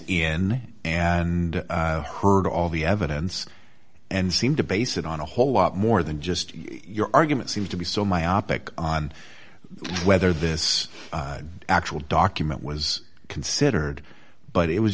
in and heard all the evidence and seemed to base it on a whole lot more than just your argument seems to be so myopic on whether this actual document was considered but it was